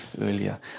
earlier